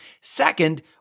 Second